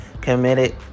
committed